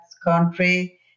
country